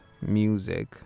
music